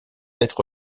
être